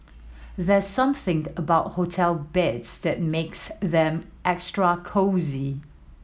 there's something about hotel beds that makes them extra cosy